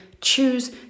Choose